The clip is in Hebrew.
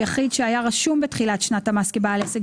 יחיד שהיה רשום בתחילת שנת המס כבעל עסק